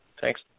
Thanks